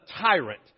tyrant